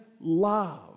love